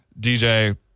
DJ